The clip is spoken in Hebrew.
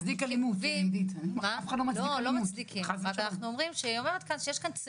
יש פחות אלימות ואין ספק שיש הרתעה,